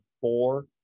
four